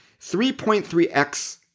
3.3x